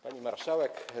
Pani Marszałek!